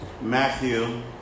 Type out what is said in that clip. Matthew